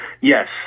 yes